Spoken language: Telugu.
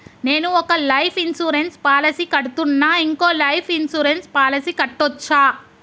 నేను ఒక లైఫ్ ఇన్సూరెన్స్ పాలసీ కడ్తున్నా, ఇంకో లైఫ్ ఇన్సూరెన్స్ పాలసీ కట్టొచ్చా?